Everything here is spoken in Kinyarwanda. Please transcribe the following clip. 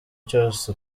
cyose